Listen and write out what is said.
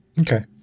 Okay